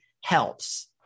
helps